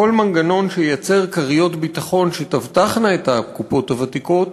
ככל מנגנון שייצר כריות ביטחון שתבטחנה את הקופות הוותיקות